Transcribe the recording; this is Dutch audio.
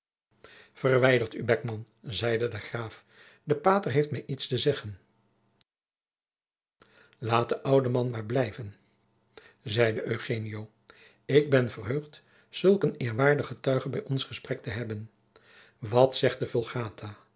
verwijder u beckman zeide de graaf de pater heeft mij iets te zeggen laat den ouden man maar blijven zeide jacob van lennep de pleegzoon eugenio ik ben verheugd zulk een eerwaarden getuige bij ons gesprek te hebben wat zegt